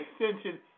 extension